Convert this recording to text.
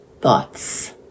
thoughts